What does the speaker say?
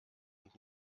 und